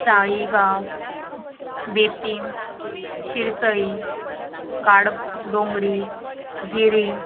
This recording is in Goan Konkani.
साळीगांव बेतीम शिरसई गाड डोंगरी गिरीम